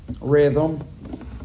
rhythm